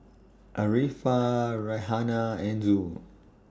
Arifa Raihana and Zul